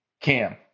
cam